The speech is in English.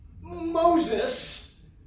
Moses